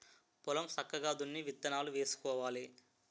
పొలం సక్కగా దున్ని విత్తనాలు వేసుకోవాలి